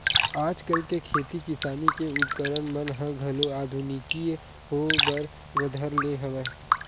आजकल के खेती किसानी के उपकरन मन ह घलो आधुनिकी होय बर धर ले हवय